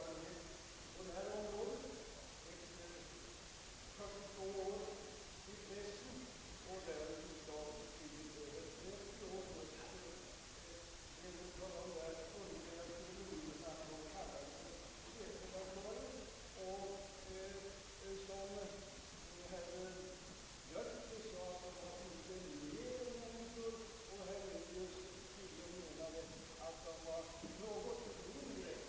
Jag vill dock understryka, att mycket av det goda i liberalismen har socialdemokratien accepterat och integrerat i sin idévärld. Det är de verklighetsfrämmande inslagen i liberalismen som vi vänder oss emot. Jag kan också konstatera att det pågår en märklig utveckling inom vad herr Sörenson betecknar som liberalism.